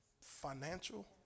financial